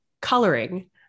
Coloring